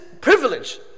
privilege